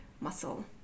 muscle